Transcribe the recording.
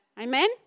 Amen